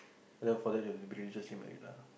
but then for that just get married lah